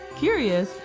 curious,